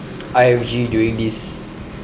I_F_G during this